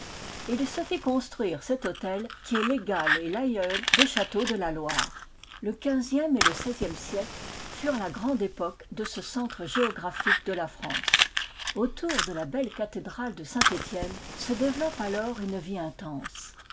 il se fit construire cet hôtel qui est l'égal et l'aïeul des châteaux de la loire le quinzième et le seizième siècle furent la grande époque de ce centre géographique de la france autour de la belle cathédrale de saintetienne se développe alors une vie intense